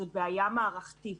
זו בעיה מערכתית